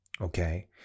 Okay